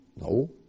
No